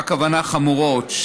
מה הכוונה חמורות?